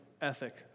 ethic